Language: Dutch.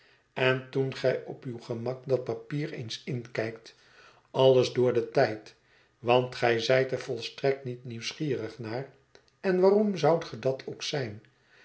en toen gij op uw gemak dat papier eens inkijkt alles door den tijd want gij zijt er volstrekt niet nieuwsgierig naar en waarom zoudt ge dat ook zijn